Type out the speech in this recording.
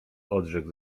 odrzekł